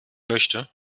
möchte